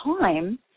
time